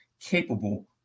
capable